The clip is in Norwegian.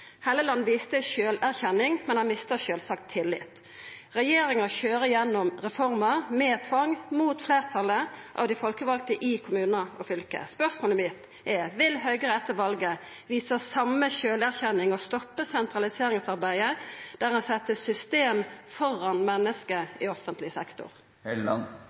Helleland viste sjølverkjenning, men han mista sjølvsagt tillit. Regjeringa køyrer gjennom reformer med tvang, mot fleirtalet av dei folkevalde i kommunar og fylke. Spørsmålet mitt er: Vil Høgre etter valet visa same sjølverkjenning og stoppa sentraliseringsarbeidet der ein set system føre menneske i offentleg